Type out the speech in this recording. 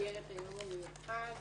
במסגרת היום המיוחד.